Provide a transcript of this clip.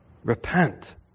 Repent